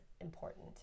important